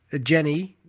Jenny